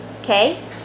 okay